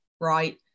right